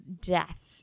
death